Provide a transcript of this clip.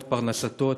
את פרנסתו,